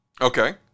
Okay